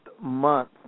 month